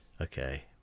okay